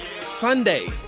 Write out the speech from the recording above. Sunday